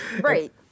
Right